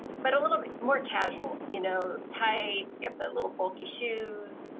but a little bit more casual, you know, tights, kept a little bulky shoes,